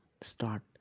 start